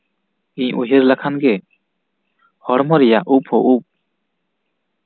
ᱤᱧ ᱩᱭᱦᱟᱹᱨ ᱞᱮᱠᱷᱟᱱ ᱜᱮ ᱦᱚᱲᱢᱚ ᱨᱮᱭᱟᱜ ᱩᱵ ᱦᱚᱸ ᱩᱵ